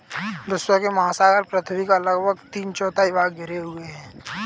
विश्व के महासागर पृथ्वी का लगभग तीन चौथाई भाग घेरे हुए हैं